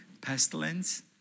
pestilence